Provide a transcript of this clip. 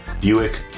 Buick